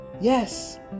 Yes